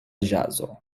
ĵazo